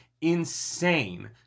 insane